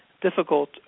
difficult